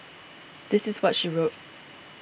this is what she wrote